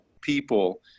people